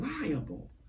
liable